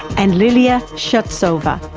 and lilia shevtsova,